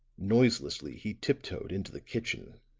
noiselessly he tip-toed into the kitchen,